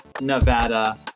Nevada